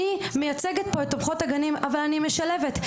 אני מייצגת פה את תומכות הגנים אבל אני גם משלבת.